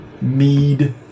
mead